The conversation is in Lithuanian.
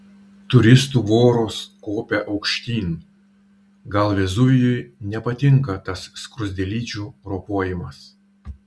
turistų voros kopia aukštyn gal vezuvijui nepatinka tas skruzdėlyčių ropojimas